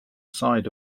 side